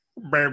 Baby